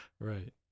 Right